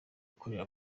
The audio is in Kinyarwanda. akorera